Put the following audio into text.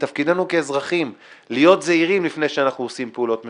תפקידנו כאזרחים להיות זהירים לפני שאנחנו עושים פעולות מסוימות,